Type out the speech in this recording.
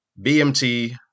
BMT